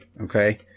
okay